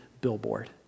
billboard